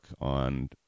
on